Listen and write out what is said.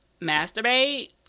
masturbate